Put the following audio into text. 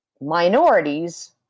minorities